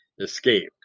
escaped